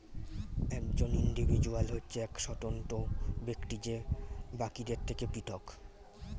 একজন ইন্ডিভিজুয়াল হচ্ছে এক স্বতন্ত্র ব্যক্তি যে বাকিদের থেকে পৃথক